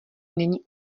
není